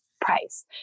price